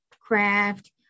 craft